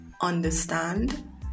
understand